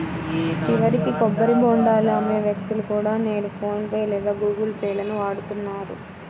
చివరికి కొబ్బరి బోండాలు అమ్మే వ్యక్తులు కూడా నేడు ఫోన్ పే లేదా గుగుల్ పే లను వాడుతున్నారు